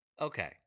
Okay